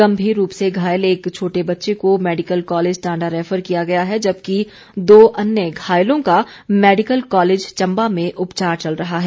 गंभीर रूप से घायल एक छोटे बच्चे को मैडिकल कॉलेज टांडा रैफर किया गया है जबकि दो अन्य घायलों का मैडिकल कॉलेज चंबा में उपचार चल रहा है